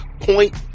point